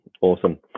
Awesome